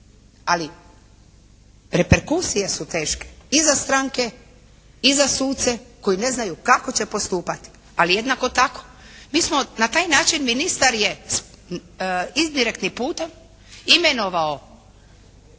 Ali reperkusije su teške i za stranke i za suce koji ne znaju kako će postupati. Ali jednako tako mi smo na taj način ministar je indirektnim putem imenovao